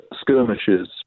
skirmishes